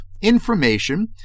information